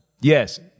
Yes